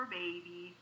baby